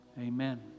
amen